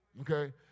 Okay